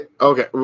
Okay